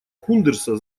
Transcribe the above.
кундерса